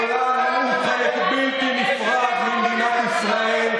הגולן הוא חלק בלתי נפרד ממדינת ישראל,